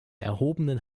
erhobenen